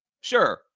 Sure